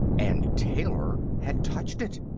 and taylor had touched it!